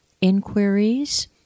inquiries